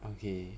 okay